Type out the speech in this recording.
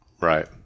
Right